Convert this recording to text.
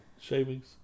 shavings